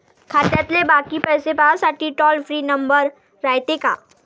खात्यातले बाकी पैसे पाहासाठी टोल फ्री नंबर रायते का?